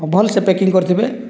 ଭଲସେ ପ୍ୟାକିଂ କରିଥିବେ